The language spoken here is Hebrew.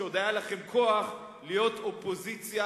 כשעוד היה לכם כוח להיות אופוזיציה,